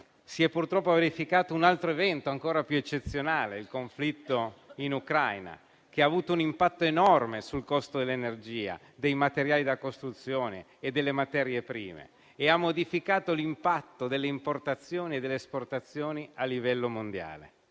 si è purtroppo verificato un altro evento ancora più eccezionale, il conflitto in Ucraina, che ha avuto un impatto enorme sul costo dell'energia, dei materiali da costruzione e delle materie prime, e ha modificato l'impatto delle importazioni e delle esportazioni a livello mondiale.